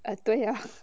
ah 对啊